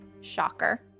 Shocker